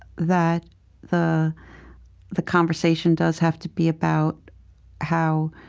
that the the conversation does have to be about how